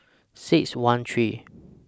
six one three